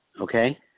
okay